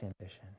ambition